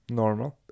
normal